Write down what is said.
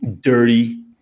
dirty